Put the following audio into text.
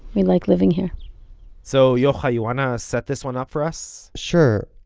we like living here so yochai you want to set this one up for us? sure.